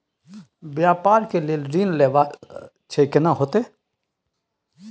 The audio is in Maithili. व्यापार के लेल ऋण लेबा छै केना होतै?